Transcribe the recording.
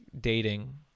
dating